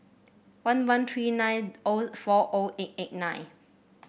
one one three nine O four O eight eight nine